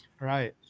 Right